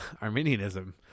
Arminianism